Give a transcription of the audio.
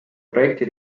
projekti